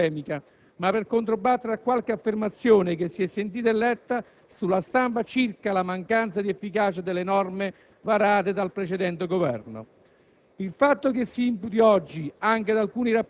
Tali richiami al passato non sono per spirito di polemica, ma per controbattere a qualche affermazione che si è sentita e letta sulla stampa circa la mancanza di efficacia delle norme varate dal precedente Governo.